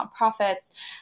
nonprofits